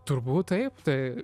turbūt taip tai